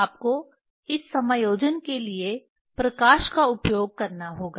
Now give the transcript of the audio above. आपको इस समायोजन के लिए प्रकाश का उपयोग करना होगा